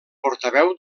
portaveu